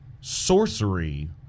sorcery